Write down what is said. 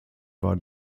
war